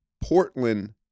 Portland